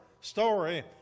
story